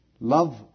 Love